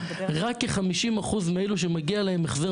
רק כחמישים אחוז מאלה שמגיע להם החזר